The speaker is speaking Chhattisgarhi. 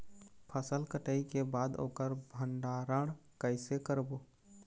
फसल कटाई के बाद ओकर भंडारण कइसे करबो?